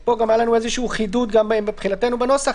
פה גם היה לנו איזשהו חידוד גם מבחינתנו בנוסח: